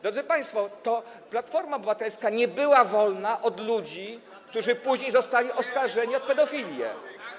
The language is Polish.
Drodzy państwo, to Platforma Obywatelska nie była wolna od ludzi, którzy później zostali oskarżeni o pedofilię.